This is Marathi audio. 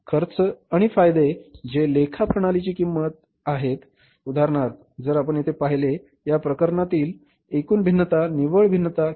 खर्च आणि फायदे जे लेखा प्रणालीची किंमत आणि फायदे आहेत उदाहरणार्थ जर आपण येथे पाहिले या प्रकरणातील एकूण भिन्नता निव्वळ भिन्नता किती आहे